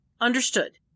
Understood